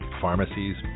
pharmacies